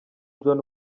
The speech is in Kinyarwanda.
john